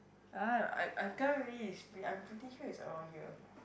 ya I I tell you already is I'm pretty sure is around here